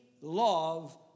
love